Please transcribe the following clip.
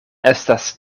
estas